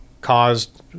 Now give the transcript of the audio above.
caused